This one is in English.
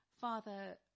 Father